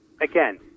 again